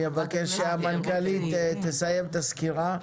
אבקש שהמנכ"לית תסיים את הסקירה.